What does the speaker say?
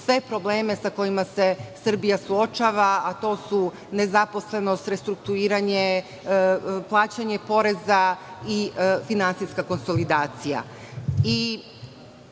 sve probleme sa kojima se Srbija suočava, a to su nezaposlenost, restrukturiranje, plaćanje poreza i finansijska konsolidacija. Potpuno